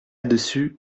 dessus